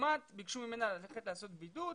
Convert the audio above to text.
מאומת ביקשו ממנה ללכת לעשות בידוד,